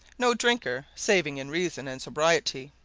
no drinker saving in reason and sobriety.